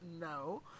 No